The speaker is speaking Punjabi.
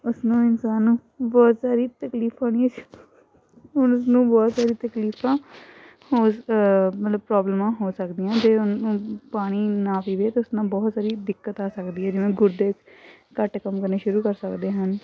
ਉਸਨੂੰ ਇਨਸਾਨ ਨੂੰ ਬਹੁਤ ਸਾਰੀ ਤਕਲੀਫ ਹੋਣੀ ਉਸਨੂੰ ਬਹੁਤ ਸਾਰੀ ਤਕਲੀਫਾਂ ਹੋ ਮਤਲਬ ਪ੍ਰੋਬਲਮਾਂ ਹੋ ਸਕਦੀਆਂ ਜੇ ਪਾਣੀ ਨਾ ਪੀਵੇ ਤਾਂ ਉਸ ਨਾਲ ਬਹੁਤ ਸਾਰੀ ਦਿੱਕਤ ਆ ਸਕਦੀ ਹੈ ਜਿਵੇਂ ਗੁਰਦੇ ਘੱਟ ਕੰਮ ਕਰਨੇ ਸ਼ੁਰੂ ਕਰ ਸਕਦੇ ਹਨ